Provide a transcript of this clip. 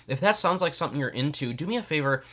if that sounds like something you're in to, do me a favor,